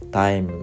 time